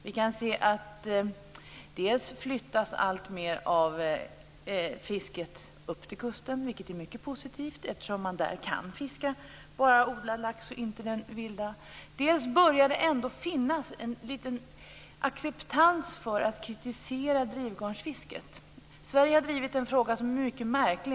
Vi kan se att alltmer av fisket flyttas upp till kusten, vilket är mycket positivt, eftersom man där bara kan fiska odlad lax, inte den vilda. Det börjar finnas en liten acceptans för att man kritiserar drivgarnsfisket. Sverige har drivit en fråga som är mycket märklig.